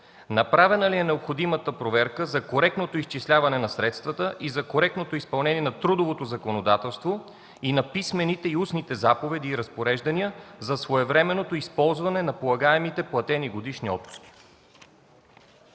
Направена ли е необходимата проверка за коректното изчисляване на средствата и за коректното изпълнение на трудовото законодателство, и на писмените и устните заповеди и разпореждания за своевременното използване на полагаемите платени годишни отпуски?